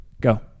go